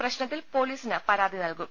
പ്രശ്നത്തിൽ പൊലീസിന് പരാതി നല്കും